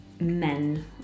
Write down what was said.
men